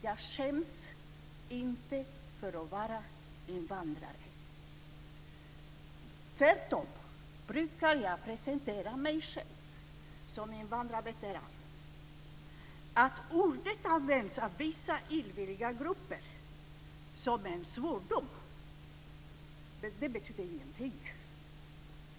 Jag skäms inte för att vara invandrare. Tvärtom brukar jag presentera mig själv som invadrarveteran. Att ordet används av vissa illvilliga grupper som en svordom betyder ingenting.